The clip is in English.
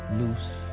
loose